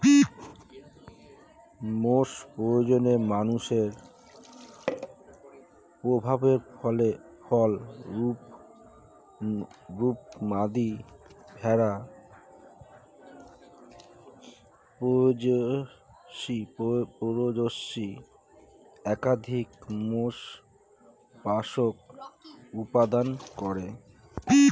মেষ প্রজননে মানুষের প্রভাবের ফলস্বরূপ, মাদী ভেড়া প্রায়শই একাধিক মেষশাবক উৎপাদন করে